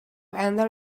enter